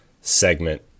segment